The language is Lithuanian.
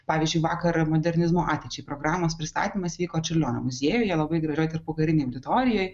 pavyzdžiui vakar modernizmo ateičiai programos pristatymas vyko čiurlionio muziejuje labai gražioj tarpukarinėj auditorijoj